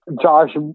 Josh